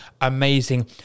amazing